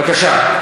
בבקשה.